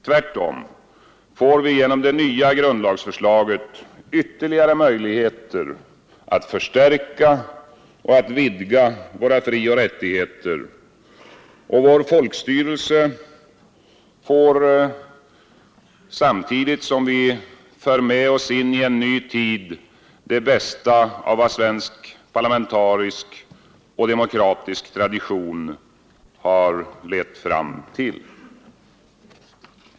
Tvärtom får vi genom det nya grundlagsförslaget ytterligare möjligheter att förstärka och vidga våra frioch rättigheter och vår folkstyrelse samtidigt som vi för med oss in i en ny tid det bästa av vad svensk parlamentarisk och demokratisk tradition har lett fram till.